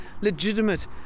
legitimate